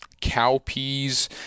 Cowpeas